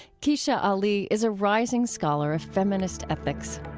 kecia ali is a rising scholar of feminist ethics